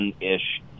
ish